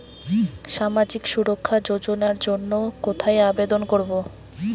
সামাজিক সুরক্ষা যোজনার জন্য কোথায় আবেদন করব?